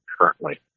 currently